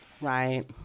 Right